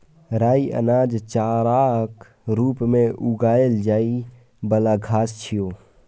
राइ अनाज, चाराक रूप मे उगाएल जाइ बला घास छियै